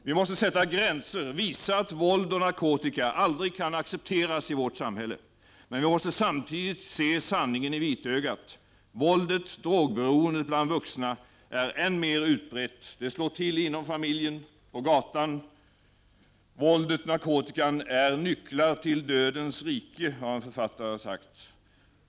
Vi måste sätta gränser, visa att våld och narkotika aldrig kan accepteras i vårt samhälle. Vi måste samtidigt se sanningen i vitögat. Våldet och drogberoendet bland vuxna är än mer utbrett. Det slår till inom familjen och på gatan. Våldet och narkotikan är nycklar till dödens rike, har författare sagt.